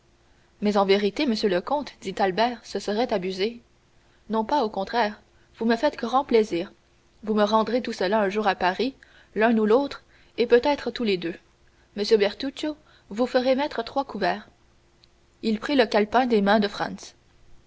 mais en vérité monsieur le comte dit albert ce serait abuser non pas au contraire vous me faites grand plaisir vous me rendrez tout cela un jour à paris l'un ou l'autre et peut-être tous les deux monsieur bertuccio vous ferez mettre trois couverts il prit le calepin des mains de franz